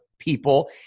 people